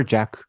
Jack